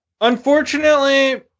Unfortunately